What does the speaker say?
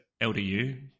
LDU